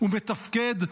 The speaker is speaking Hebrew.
הוא מתפקד,